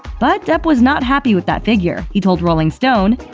but depp was not happy with that figure. he told rolling stone,